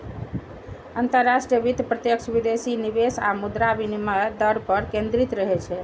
अंतरराष्ट्रीय वित्त प्रत्यक्ष विदेशी निवेश आ मुद्रा विनिमय दर पर केंद्रित रहै छै